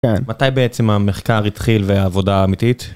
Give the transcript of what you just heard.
מתי בעצם המחקר התחיל והעבודה האמיתית?